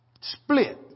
split